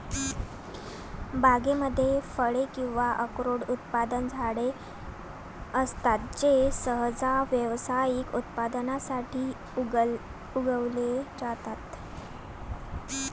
बागांमध्ये फळे किंवा अक्रोड उत्पादक झाडे असतात जे सहसा व्यावसायिक उत्पादनासाठी उगवले जातात